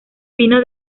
pino